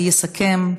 יסכם,